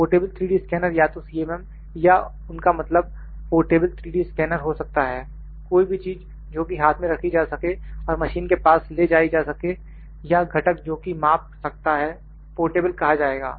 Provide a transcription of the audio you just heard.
portable 3D scanner या तो CMM या उनका मतलब पोर्टेबल 3D स्कैनर हो सकता है कोई भी चीज जो कि हाथ में रखी जा सके और मशीन के पास ले जाई जा सके या घटक जो कि माप सकता है पोर्टेबल कहा जाएगा